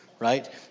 right